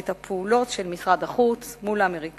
את הפעולות של משרד החוץ מול האמריקנים,